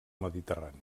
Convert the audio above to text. mediterrani